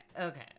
okay